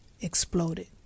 exploded